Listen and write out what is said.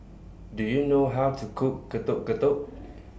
Do YOU know How to Cook Getuk Getuk